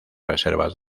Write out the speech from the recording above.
reservas